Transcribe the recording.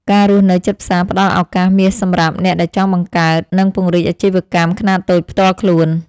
ការរស់នៅជិតផ្សារផ្តល់ឱកាសមាសសម្រាប់អ្នកដែលចង់បង្កើតនិងពង្រីកអាជីវកម្មខ្នាតតូចផ្ទាល់ខ្លួន។